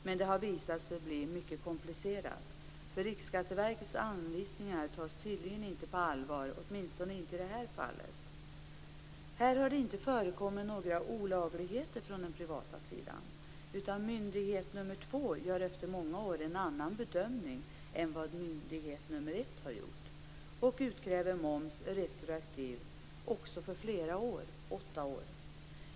Men det har visat sig bli mycket komplicerat, för Riksskatteverkets anvisningar tas tydligen inte på allvar, åtminstone inte i det här fallet. Här har det inte förekommit några olagligheter från den privata sidan, utan myndighet nr 2 gör efter många år en annan bedömning än myndighet nr 1 har gjort och utkräver moms retroaktivt för åtta år.